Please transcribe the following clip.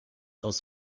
aus